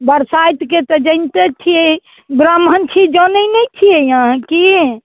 बरसाइतके तऽ जनिते छियै ब्राह्मण छी जानै नहि छियै अहाँ की